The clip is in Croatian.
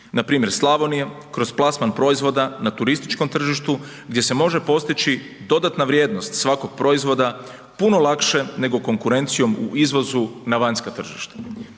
Npr. Slavonija, kroz plasman proizvoda na turističkom tržištu, gdje se može postići dodatna vrijednost svakog proizvoda puno lakše nego konkurencijom u izvozu na vanjska tržišta.